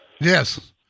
Yes